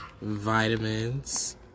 Vitamins